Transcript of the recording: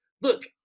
look